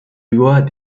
doit